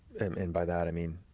um and by that, i mean,